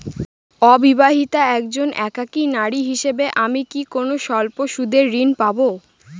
অবিবাহিতা একজন একাকী নারী হিসেবে আমি কি কোনো স্বল্প সুদের ঋণ পাব?